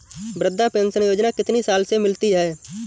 वृद्धा पेंशन योजना कितनी साल से मिलती है?